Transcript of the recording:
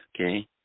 Okay